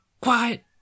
quiet